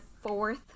fourth